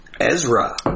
Ezra